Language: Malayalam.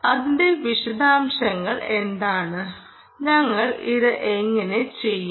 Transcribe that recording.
അതിന്റെ വിശദാംശങ്ങൾ എന്താണ് ഞങ്ങൾ ഇത് എങ്ങനെ ചെയ്യും